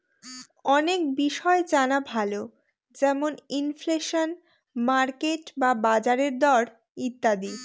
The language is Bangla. অনেক বিষয় জানা ভালো যেমন ইনফ্লেশন, মার্কেট বা বাজারের দর ইত্যাদি